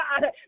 God